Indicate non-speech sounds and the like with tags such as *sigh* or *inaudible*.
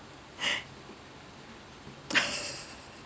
*laughs*